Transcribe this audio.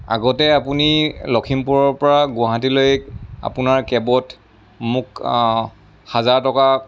আগতে আপুনি লখিমপুৰৰ পৰা গুৱাহাটীলৈ আপোনাৰ কেবত মোক হাজাৰ টকা